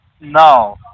No